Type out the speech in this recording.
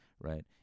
right